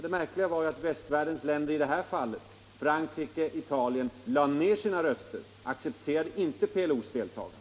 Det märkliga var ju att västvärldens länder i det här fallet — Frankrike och Italien — lade ned sina röster. De accepterade inte PLO:s deltagande.